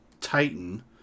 titan